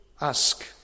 ask